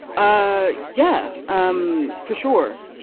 ah yeah um for sure.